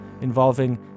involving